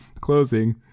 closing